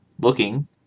Looking